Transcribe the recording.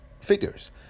figures